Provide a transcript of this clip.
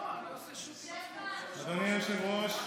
אדוני היושב-ראש,